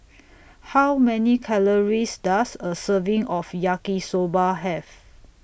How Many Calories Does A Serving of Yaki Soba Have